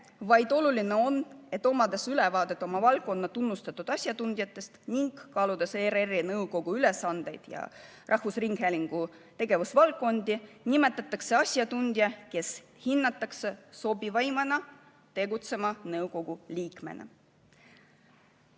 vaid oluline on, et omades ülevaadet oma valdkonna tunnustatud asjatundjatest ning kaaludes ERR‑i nõukogu ülesandeid ja rahvusringhäälingu tegevusvaldkondi, nimetatakse asjatundja, kes hinnatakse sobivaimaks tegutsema nõukogu liikmena.